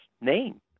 name